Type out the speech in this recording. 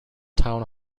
town